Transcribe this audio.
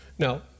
Now